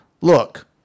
Look